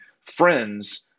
friends